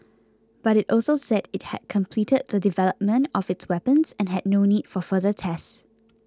but it also said it had completed the development of its weapons and had no need for further tests